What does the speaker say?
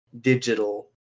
digital